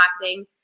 marketing